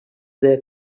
their